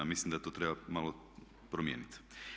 Mislim da to treba malo promijeniti.